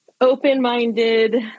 open-minded